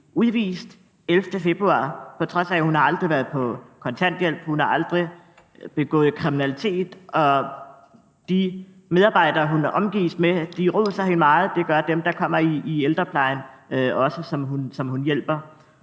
udvist den 11. februar, på trods af at hun aldrig har været på kontanthjælp og aldrig har begået kriminalitet. De medarbejdere, hun er omgivet af, roser hende meget, og det gør dem, hun hjælper i ældreplejen, også. Og konsekvensen